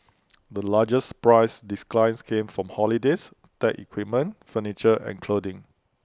the largest price declines came for holidays tech equipment furniture and clothing